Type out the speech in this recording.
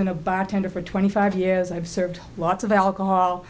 in a bartender for twenty five years i've served lots of alcohol